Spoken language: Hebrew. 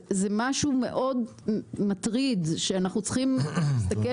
זה משהו מאוד מטריד שאנחנו צריכים להסתכל